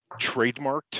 trademarked